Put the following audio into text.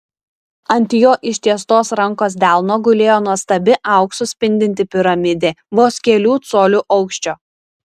ant jo ištiestos rankos delno gulėjo nuostabi auksu spindinti piramidė vos kelių colių aukščio